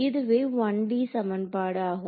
இதுவே 1D சமன்பாடு ஆகும்